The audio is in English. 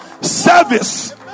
service